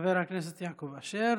חבר הכנסת יעקב אשר.